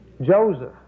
Joseph